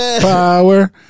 power